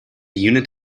unit